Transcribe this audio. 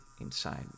inside